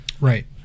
Right